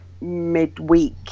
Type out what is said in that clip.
midweek